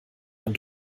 man